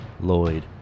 Lloyd